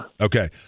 Okay